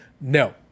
no